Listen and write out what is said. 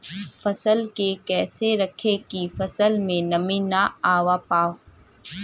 फसल के कैसे रखे की फसल में नमी ना आवा पाव?